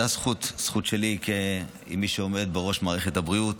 זאת הזכות שלי, כמי שעומד בראש מערכת הבריאות,